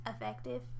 ...effective